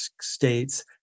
states